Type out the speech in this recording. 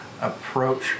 approach